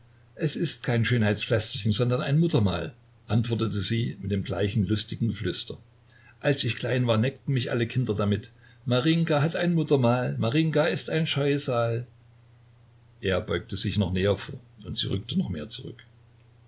es ist kein schönheitspflästerchen sondern ein muttermal antwortete sie mit dem gleichen lustigen geflüster als ich klein war neckten mich alle kinder damit marinjka hat ein muttermal marinjka ist ein scheusal er beugte sich noch näher vor und sie rückte noch mehr zurück